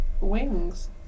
wings